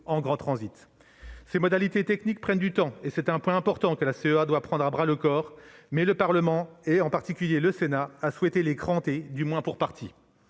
en grand transit. Ces modalités techniques prennent du temps. Il s'agit d'un point important que la CEA doit prendre à bras-le-corps, mais le Parlement, et en particulier le Sénat, a souhaité les garantir, du moins pour partie.